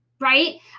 Right